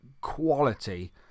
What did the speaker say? quality